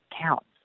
counts